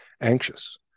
anxious